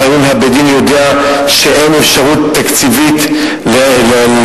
לפעמים בית-הדין יודע שאין אפשרות תקציבית לזוג.